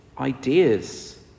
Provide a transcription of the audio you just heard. ideas